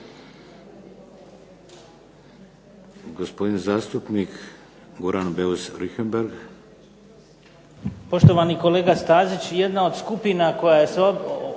gospodin zastupnik Goran Beus Richembergh.